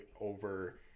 over